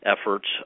Efforts